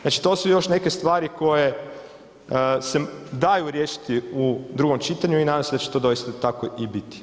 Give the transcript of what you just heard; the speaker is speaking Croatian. Znači, to su još neke stvari koje se daju riješiti u drugom čitanju i nadam se da će to doista tako i biti.